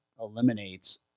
eliminates